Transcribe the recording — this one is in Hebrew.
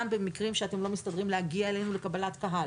במקרים שאתם לא מסתדרים להגיע אלינו לקבלת קהל,